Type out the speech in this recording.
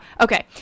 Okay